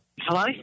Hello